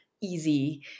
easy